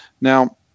Now